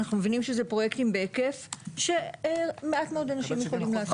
אנחנו מבינים שזה פרויקטים בהיקף שמעט מאוד אנשים יכולים לעשות את זה.